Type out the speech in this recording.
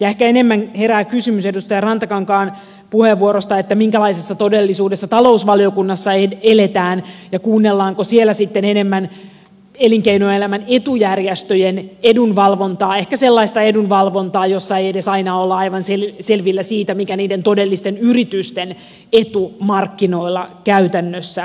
ehkä enemmän herää kysymys edustaja rantakankaan puheenvuorosta että minkälaisessa todellisuudessa talousvaliokunnassa eletään ja kuunnellaanko siellä sitten enemmän elinkeinoelämän etujärjestöjen edunvalvontaa ehkä sellaista edunvalvontaa jossa ei aina olla edes aivan selvillä siitä mikä niiden todellisten yritysten etu markkinoilla käytännössä on